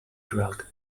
drag